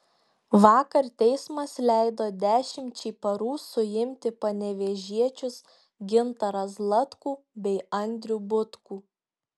vakar teismas leido dešimčiai parų suimti panevėžiečius gintarą zlatkų bei andrių butkų